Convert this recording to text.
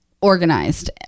organized